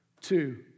Two